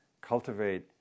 cultivate